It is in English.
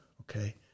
okay